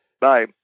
Bye